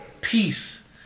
peace